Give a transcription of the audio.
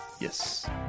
yes